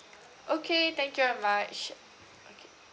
okay thank you very much okay